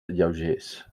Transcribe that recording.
lleugers